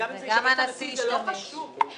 גם הנשיא ישתמש בו.